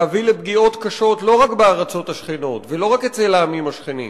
להביא לפגיעות קשות לא רק בארצות השכנות ולא אצל העמים השכנים